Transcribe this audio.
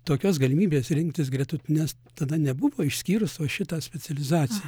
tokios galimybės rinktis gretutines tada nebuvo išskyrus va šitą specializaciją